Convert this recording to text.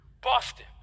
Boston